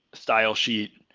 style sheet,